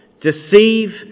deceive